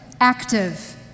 active